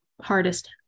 hardest